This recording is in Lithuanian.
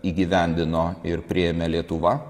įgyvendino ir priėmė lietuva